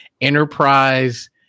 Enterprise